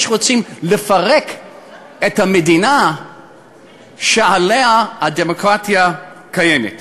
שרוצים לפרק את המדינה שעליה הדמוקרטיה קיימת.